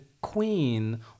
Queen